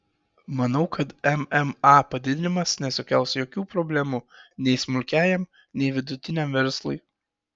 manau kad mma padidinimas nesukels jokių problemų nei smulkiajam nei vidutiniam verslui